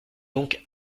donc